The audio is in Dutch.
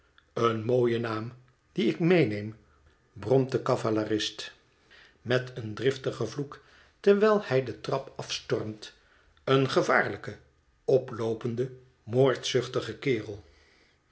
een mooie naam dien ik meeneem bromt de cavalerist met een driftigen vloek terwijl hij de trap afstormt een gevaarlijke oploopende moordzuchtige kerel